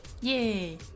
Yay